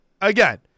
again